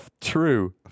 True